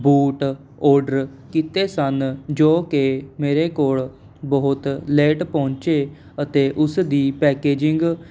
boot order ਕੀਤੇ ਸਨ ਜੋ ਕਿ ਮੇਰੇ ਕੋਲ ਬਹੁਤ ਲੇਟ ਪਹੁੰਚੇ ਅਤੇ ਉਸ ਦੀ ਪੈਕੇਜਿੰਗ